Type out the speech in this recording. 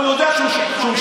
הוא יודע שהוא משקר,